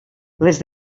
les